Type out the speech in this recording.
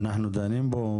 הוא חשוב.